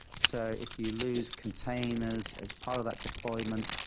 so if you lose containers as part of that deployment,